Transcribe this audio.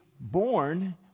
born